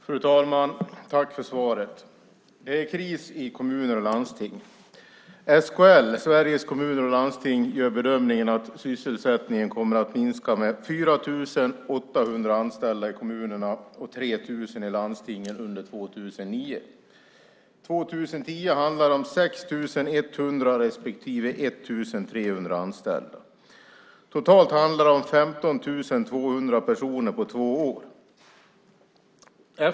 Fru talman! Tack för svaret! Det är kris i kommuner och landsting. SKL, Sveriges Kommuner och Landsting, gör bedömningen att sysselsättningen kommer att minska med 4 800 anställda i kommunerna och 3 000 i landstingen under 2009. År 2010 handlar det om 6 100 respektive 1 300 anställda. Totalt handlar det om 15 200 personer på två år.